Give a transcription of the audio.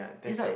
it's like